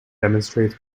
demonstrates